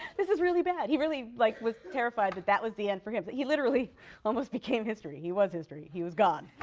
this is really bad. he really like was terrified that that was the end for him. he literally almost became history. he was history. he was gone.